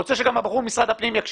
רוצה שגם הבחור ממשרד הפנים יקשיב.